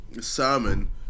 sermon